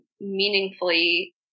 meaningfully